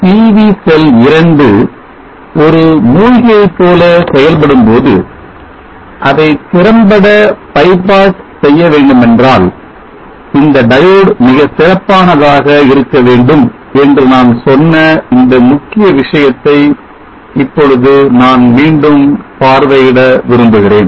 PV செல் 2 ஒரு மூழ்கியைப் போல செயல்படும்போது அதை திறம்பட bypass செய்யவேண்டுமென்றால் இந்த diode மிகச் சிறப்பானதாக இருக்க வேண்டும் என்று நான் சொன்ன இந்த முக்கிய விஷயத்தை இப்பொழுது நான் மீண்டும் பார்வையிட விரும்புகிறேன்